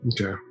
okay